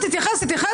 תתייחס, תתייחס.